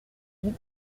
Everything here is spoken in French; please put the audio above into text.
yves